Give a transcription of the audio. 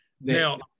Now –